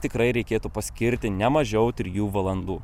tikrai reikėtų paskirti ne mažiau trijų valandų